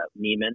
neiman